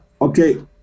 Okay